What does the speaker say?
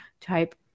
type